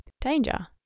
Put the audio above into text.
danger